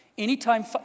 Anytime